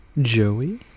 Joey